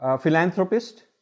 philanthropist